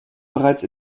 bereits